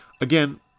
Again